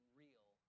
real